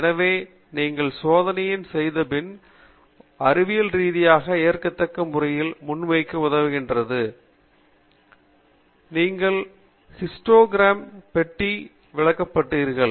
எனவே நீங்கள் சோதனைகள் செய்தபின் உங்களிடம் ஒரு குறிப்பிட்ட அளவு டேட்டா உள்ளது மேலும் சோதனை டேட்டா களின் பிரதிநிதித்துவம் பற்றி நீங்கள் படிப்பீர்கள்